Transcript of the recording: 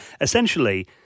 Essentially